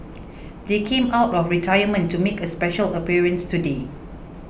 they came out of retirement to make a special appearance today